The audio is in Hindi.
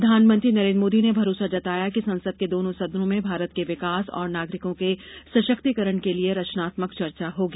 प्रधानमंत्री नरेन्द्र मोदी ने भरोसा जताया कि संसद के दोनों सदनों में भारत के विकास और नागरिकों के सशक्तिकरण के लिए रचनात्मक चर्चा होगी